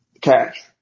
cash